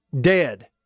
dead